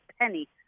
penny